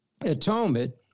atonement